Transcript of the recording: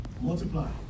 Multiply